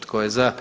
Tko je za?